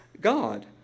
God